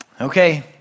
okay